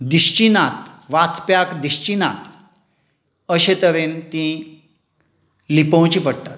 दिश्चीं नात वाचप्याक दिश्चीं नात अशे तरेन तीं लिपोवचीं पडटात